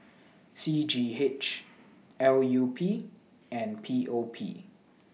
C G H L U P and P O P